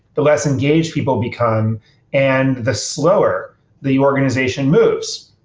the less engaged people become and the slower the organization moves.